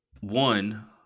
one